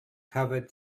covered